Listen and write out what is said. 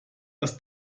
das